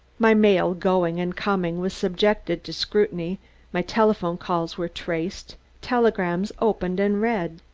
my mail going and coming, was subjected to scrutiny my telephone calls were traced telegrams opened and read.